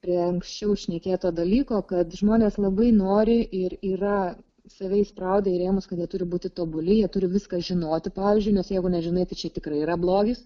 prie anksčiau šnekėto dalyko kad žmonės labai nori ir yra save įspraudę į rėmus kad jie turi būti tobuli jie turi viską žinoti pavyzdžiui nes jeigu nežinai tai čia tikrai yra blogis